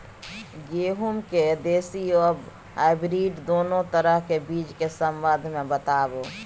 गेहूँ के देसी आ हाइब्रिड दुनू तरह के बीज के संबंध मे बताबू?